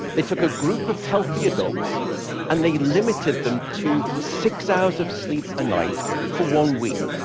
they took a group of healthy adults and they limited them to six hours of sleep a night for one week,